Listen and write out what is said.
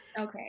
Okay